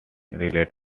related